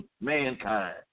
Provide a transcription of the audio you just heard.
mankind